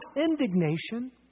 indignation